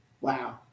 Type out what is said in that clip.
Wow